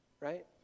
right